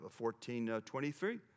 14.23